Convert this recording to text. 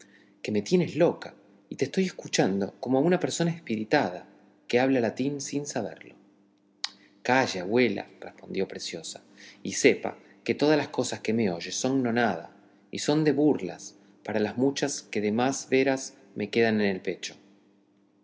que me tienes loca y te estoy escuchando como a una persona espiritada que habla latín sin saberlo calle abuela respondió preciosa y sepa que todas las cosas que me oye son nonada y son de burlas para las muchas que de más veras me quedan en el pecho